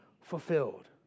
fulfilled